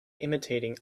imitating